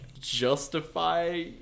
justify